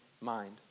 mind